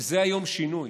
וזה היום שינוי.